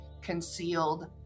concealed